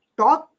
talk